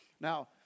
Now